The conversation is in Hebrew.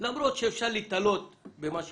למרות שאפשר להיתלות במה שיקרה,